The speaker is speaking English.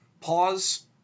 Pause